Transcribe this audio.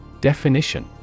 Definition